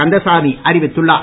கந்தசாமி அறிவித்துள்ளார்